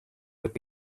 would